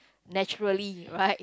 naturally right